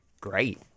great